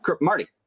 Marty